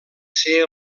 ser